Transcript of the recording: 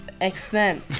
X-Men